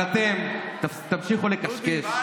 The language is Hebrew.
אבל אתם תמשיכו לקשקש,